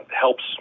helps